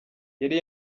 yari